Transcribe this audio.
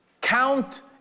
Count